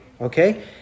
Okay